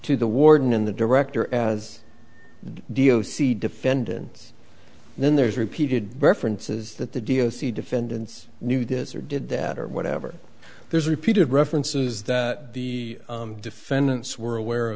to the warden and the director as d o c defendants then there's repeated references that the dio c defendants knew this or did that or whatever there's repeated references that the defendants were aware of